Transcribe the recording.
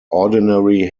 ordinary